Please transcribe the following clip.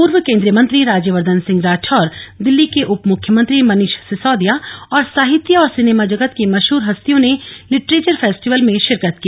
पूर्व केंद्रीय मंत्री राज्यवर्धन सिंह राठौर दिल्ली के उपमुख्यमंत्री मनीष सिसौदिया और साहित्य और सिनेमा जगत की मशहर हस्तियों ने लिटरेचर फेस्टिवल में शिरकत की